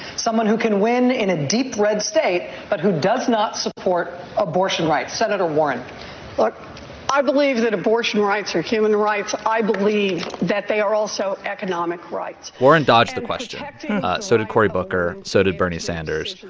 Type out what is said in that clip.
someone who can win in a deep-red state but who does not support abortion rights? senator warren look i believe that abortion rights are human rights i believe that they are also economic rights warren dodged the question so did cory booker, so did bernie sanders.